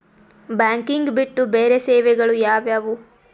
Banking ಬಿಟ್ಟು ಬೇರೆ ಸೇವೆಗಳು ಯಾವುವು?